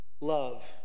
love